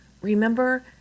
Remember